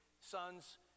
Sons